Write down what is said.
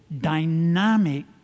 dynamic